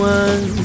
one